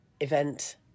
event